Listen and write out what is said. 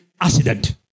Accident